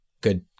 Good